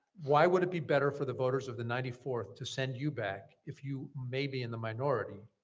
why would it be better for the voters of the ninety fourth to send you back if you may be in the minority,